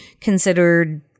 considered